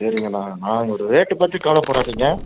சரிங்கண்ணா நான் ஒரு ரேட்டு பற்றி கவலைப்படாதிங்க